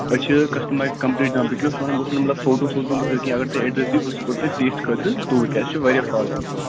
أسۍ چھِ کَسٹٕمایزٕڈ بہٕ کیٛاہ اوسُس ونان بہٕ اوسُس نہٕ مطلب فوٹو سوزو نہٕ بہٕ تۄہہِ کیٚنٛہہ اگر تُہۍ اٮ۪ڈرٮ۪س دِیِو بہٕ سوزو تۄہہِ ٹیسٹ خٲطرٕ توٗرۍ کیٛازِ أسۍ چھِ واریاہ